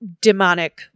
demonic